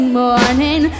morning